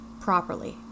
properly